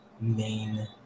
main